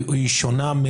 הוא שונה,